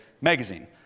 magazine